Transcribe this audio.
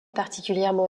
particulièrement